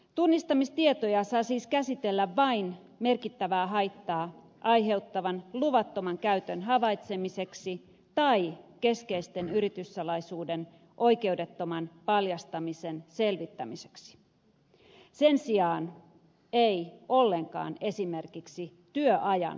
tunnistamistietoja saa siis käsitellä vain merkittävää haittaa aiheuttavan luvattoman käytön havaitsemiseksi tai keskeisten yrityssalaisuuksien oikeudettoman paljastamisen selvittämiseksi sen sijaan ei ollenkaan esimerkiksi työajan seuraamiseksi